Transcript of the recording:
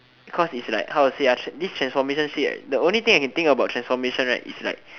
cause it's like how to say ah tr~ this transformation see right the only thing I can think about transformation right is like